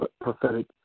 prophetic